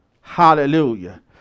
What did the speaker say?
Hallelujah